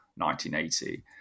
1980